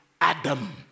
Adam